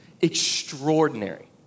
extraordinary